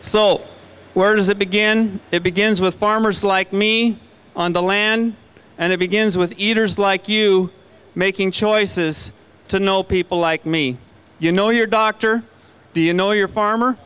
so where does that begin it begins with farmers like me on the land and it begins with eaters like you making choices to know people like me you know your doctor do you know your farmer